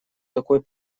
такой